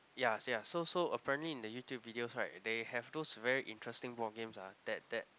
ya ya so so apparently in the YouTube video right they have those very interesting board games ah that that